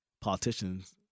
politicians